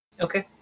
Okay